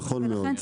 כן.